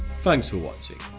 thanks for watching.